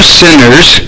sinners